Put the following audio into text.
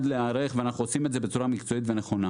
להיערך ואנחנו עושים את זה בצורה מקצועית ונכונה.